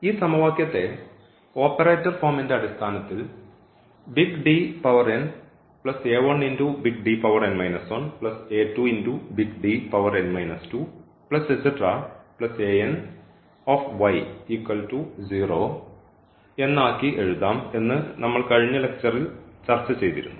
ഈ സമവാക്യത്തെ ഓപ്പറേറ്റർ ഫോമിന്റെ അടിസ്ഥാനത്തിൽ എന്നാക്കി എഴുതാം എന്ന് നമ്മൾ കഴിഞ്ഞ ലക്ച്ചറിൽ ത്തിൽ ചർച്ച ചെയ്തിരുന്നു